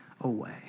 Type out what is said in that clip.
away